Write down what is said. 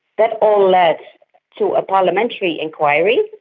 that all led to a parliamentary inquiry,